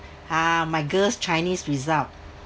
!huh! my girl's chinese result